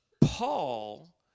Paul